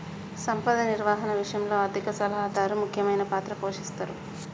సంపద నిర్వహణ విషయంలో ఆర్థిక సలహాదారు ముఖ్యమైన పాత్ర పోషిస్తరు